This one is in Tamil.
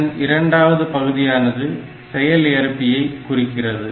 இதன் இரண்டாவது பகுதியானது செயல்ஏற்பியை குறிக்கிறது